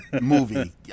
movie